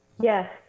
Yes